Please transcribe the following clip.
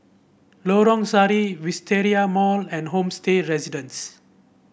Lorong Sari Wisteria Mall and Homestay Residences